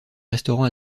restaurant